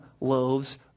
loaves